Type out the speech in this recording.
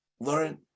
learn